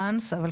עכשיו,